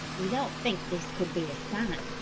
you don't think this could be a sign,